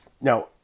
Now